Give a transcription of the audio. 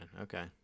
okay